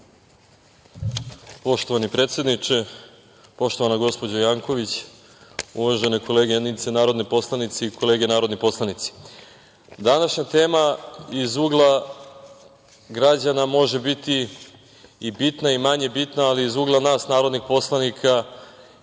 Poštovani predsedniče, poštovana gospođo Janković, uvažene koleginice i kolege narodni poslanici, današnja tema iz ugla građana može biti i bitna i manje bitna, ali iz ugla nas, narodnih poslanika,